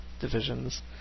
Divisions